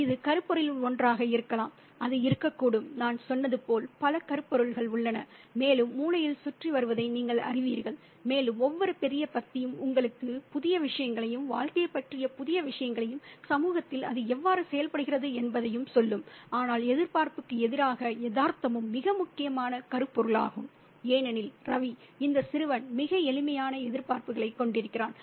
இது கருப்பொருளில் ஒன்றாக இருக்கலாம் அது இருக்கக்கூடும் நான் சொன்னது போல் பல கருப்பொருள்கள் உள்ளன மேலும் மூலையில் சுற்றி வருவதை நீங்கள் அறிவீர்கள் மேலும் ஒவ்வொரு பெரிய பத்தியும் உங்களுக்கு புதிய விஷயங்களையும் வாழ்க்கையைப் பற்றிய புதிய விஷயங்களையும் சமூகத்தில் அது எவ்வாறு செயல்படுகிறது என்பதையும் சொல்லும் ஆனால் எதிர்பார்ப்புக்கு எதிராக யதார்த்தமும் மிக முக்கியமான கருப்பொருளாகும் ஏனெனில் ரவி இந்த சிறுவன் மிகவும் எளிமையான எதிர்பார்ப்புகளைக் கொண்டிருக்கிறான்